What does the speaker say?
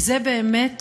וזה באמת